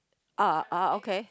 ah ah okay